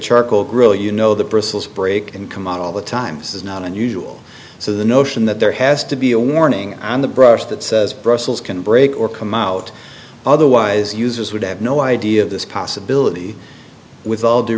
charcoal grill you know the bristles break and come out all the times is not unusual so the notion that there has to be a warning on the brush that says brussels can break or come out otherwise users would have no idea of this possibility with all due